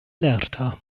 lerta